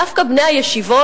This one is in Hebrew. דווקא בני הישיבות,